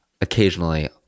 Occasionally